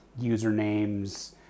usernames